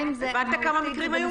הבנת כמה מקרים היו?